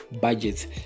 Budgets